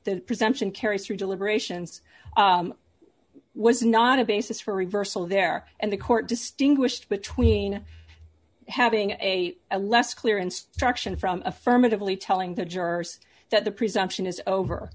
to present and carry through deliberations was not a basis for reversal there and the court distinguished between having a a less clear instruction from affirmatively telling the jurors that the presumption is over